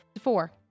Four